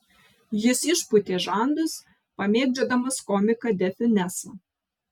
jis išpūtė žandus pamėgdžiodamas komiką de fiunesą